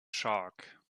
shark